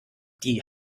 die